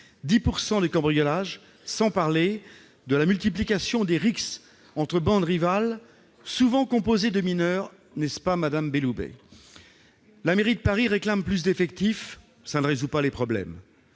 10 % des cambriolages, sans parler de la multiplication des rixes entre bandes rivales, souvent composées de mineurs, n'est-ce pas, madame Belloubet ?... La mairie de Paris réclame plus d'effectifs, mais cela ne résout pas les difficultés.